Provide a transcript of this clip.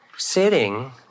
Sitting